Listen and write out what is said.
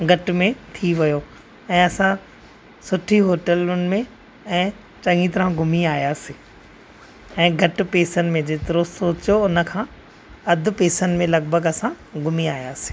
घटि में थी वियो ऐ असां सुठी होटलुनि में ऐं चङी तरह घुमी आयासीं ऐं घटि पेसनि में जेतिरो सोचो उनखां अधि पेसनि में लॻभॻि असां घुमी आयासीं